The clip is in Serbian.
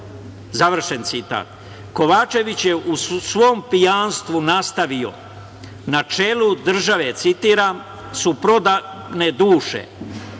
završen citat. Kovačević je u svom pijanstvu nastavio na čelu države, citiram: „su prodane duše,